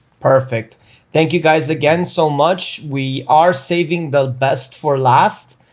perfect thank you guys again so much. we are saving the best for last.